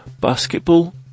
Basketball